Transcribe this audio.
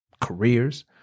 careers